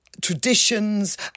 traditions